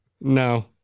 No